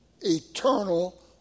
eternal